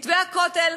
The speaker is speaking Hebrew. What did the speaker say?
מתווה הכותל,